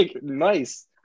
Nice